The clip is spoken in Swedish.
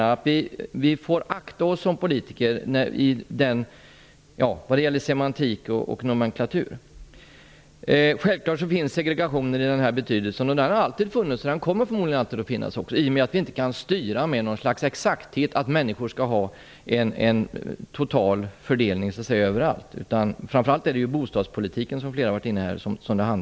Vi politiker får akta oss när det gäller detta med semantiken och nomenklaturen. Självklart finns segregationen i nämnda betydelse. Den har alltid funnits och kommer förmodligen alltid att finnas i och med att vi inte överallt exakt kan styra den totala fördelningen av människor. Framför allt handlar det, som flera här har varit inne på, om bostadspolitiken.